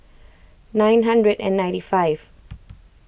nine hundred and ninety five